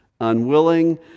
Unwilling